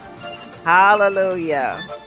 hallelujah